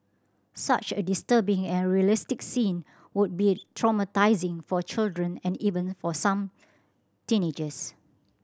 such a disturbing and realistic scene would be traumatising for children and even for some teenagers